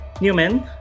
Newman